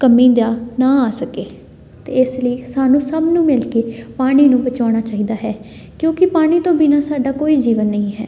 ਕਮੀ ਦਾ ਨਾ ਆ ਸਕੇ ਅਤੇ ਇਸ ਲਈ ਸਾਨੂੰ ਸਭ ਨੂੰ ਮਿਲ ਕੇ ਪਾਣੀ ਨੂੰ ਬਚਾਉਣਾ ਚਾਹੀਦਾ ਹੈ ਕਿਉਂਕਿ ਪਾਣੀ ਤੋਂ ਬਿਨਾਂ ਸਾਡਾ ਕੋਈ ਜੀਵਨ ਨਹੀਂ ਹੈ